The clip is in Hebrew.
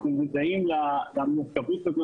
אנחנו מודעים למורכבות הזו.